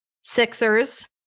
Sixers